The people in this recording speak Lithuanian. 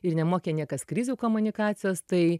ir nemokė niekas krizių komunikacijos tai